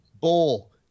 Bowl